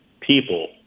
people